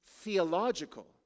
theological